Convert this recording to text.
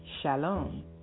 Shalom